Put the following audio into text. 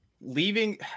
leaving